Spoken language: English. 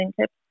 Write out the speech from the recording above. tips